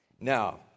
Now